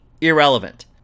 irrelevant